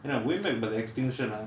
and we about the extinction ah